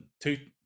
two